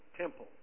temple